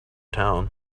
town